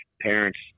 parents